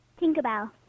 Tinkerbell